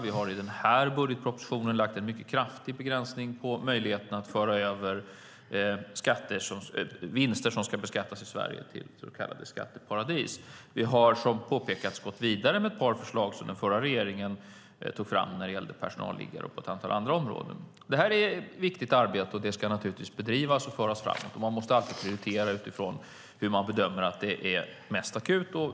Vi har i den här budgetpropositionen lagt fram en mycket kraftig begränsning av möjligheten att föra över vinster som ska beskattas i Sverige till så kallade skatteparadis. Vi har, som påpekats, gått vidare med ett par förslag som den förra regeringen tog fram när det gällde personalliggare och på ett antal andra områden. Det här är viktigt arbete, och det ska naturligtvis bedrivas och föras framåt, men man måste alltid prioritera utifrån hur man bedömer att det är mest akut.